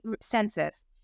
census